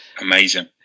Amazing